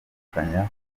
gutandukanya